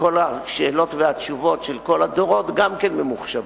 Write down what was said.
וכל השאלות והתשובות של כל הדורות גם כן ממוחשבות.